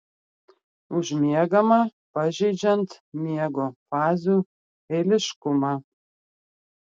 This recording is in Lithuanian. užmiegama pažeidžiant miego fazių eiliškumą